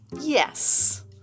Yes